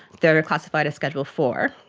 they are classified as schedule four.